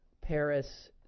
Paris